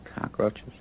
cockroaches